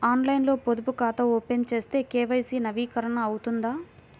ఆన్లైన్లో పొదుపు ఖాతా ఓపెన్ చేస్తే కే.వై.సి నవీకరణ అవుతుందా?